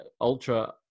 ultra